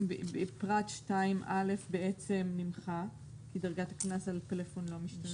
פרט 2(א) בעצם נמחק כי דרגת הקנס על פלאפון לא משתנה.